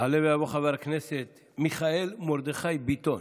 יעלה ויבוא חבר הכנסת מיכאל מרדכי ביטון.